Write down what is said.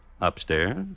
upstairs